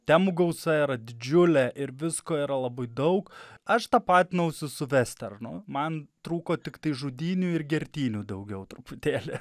temų gausa yra didžiulė ir visko yra labai daug aš tapatinausi su vesternu man trūko tiktai žudynių ir gertynių daugiau truputėlį